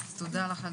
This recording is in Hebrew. תודה לך על